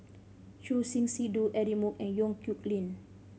Choor Singh Sidhu Eric Moo and Yong Nyuk Lin